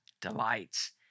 delights